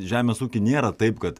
žemės ūky nėra taip kad